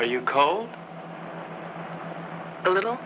are you cold a little